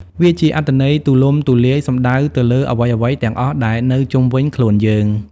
វាជាអត្ថន័យទូលំទូលាយ សំដៅទៅលើ អ្វីៗទាំងអស់ដែលនៅជុំវិញខ្លួនយើង។